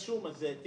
לא, אם רשום על זה.